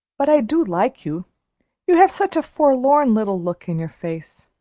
but i do like you you have such a forlorn little look in your face.